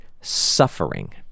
suffering